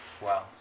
Wow